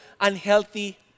unhealthy